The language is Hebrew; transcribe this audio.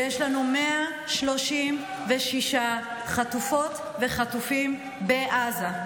ויש לנו 136 חטופות וחטופים בעזה.